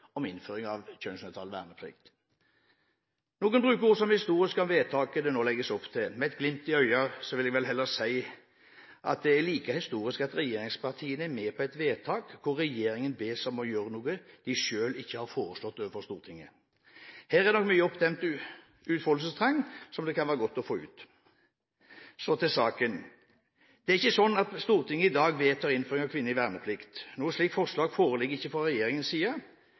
om innføring av kjønnsnøytral verneplikt. Noen bruker ord som «historisk» om vedtaket det nå legges opp til. Med et glimt i øyet vil jeg heller si at det er like historisk at regjeringspartiene er med på et vedtak hvor regjeringen bes om å gjøre noe den ikke selv har foreslått overfor Stortinget. Her er det nok mye oppdemmet utfoldelsestrang, som det kan være godt å få ut. Så til saken. Det er ikke slik at Stortinget i dag vedtar innføring av kvinnelig verneplikt. Noe slikt forslag foreligger ikke fra regjeringens side.